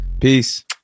peace